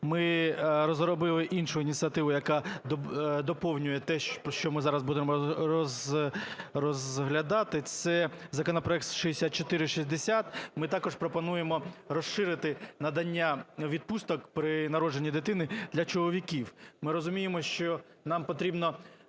ми розробили іншу ініціативу, яка доповнює те, про що ми зараз будемо розглядати, це законопроект 6460. Ми також пропонуємо розширити надання відпусток при народженні дитини для чоловіків. Ми розуміємо, що нам потрібно